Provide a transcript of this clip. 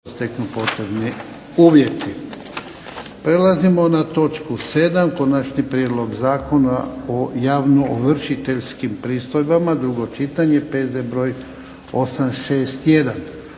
steknu potrebni uvjeti. Prelazimo na točku 7. –- Konačni prijedlog Zakona o javnoovršiteljskim pristojbama, drugo čitanje, P.Z. br. 861